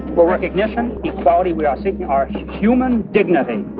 for recognition, equality. we are seeking our human dignity